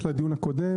הקודם,